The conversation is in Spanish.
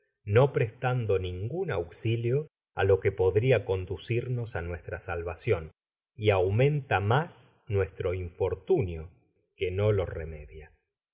no prestando ningun auxilio á lo que podria conducirnos á nuestra salvacion y aumenta mas nuestro infortunio que no lo remedia